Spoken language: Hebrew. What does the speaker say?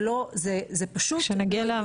זה פשוט לא הגיוני.